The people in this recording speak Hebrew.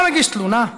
אתה מגיש תלונה,